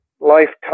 lifetime